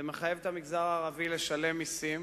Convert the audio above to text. זה מחייב את המגזר הערבי לשלם מסים,